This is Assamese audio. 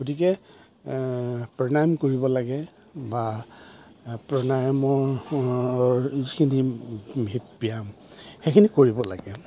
গতিকে প্ৰাণায়াম কৰিব লাগে বা প্ৰাণায়ামৰ যিখিনি ব্যায়াম সেইখিনি কৰিব লাগে